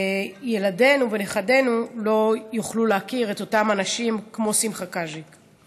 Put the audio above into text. ילדינו ונכדינו לא יוכלו להכיר את אותם אנשים כמו שמחה קאז'יק.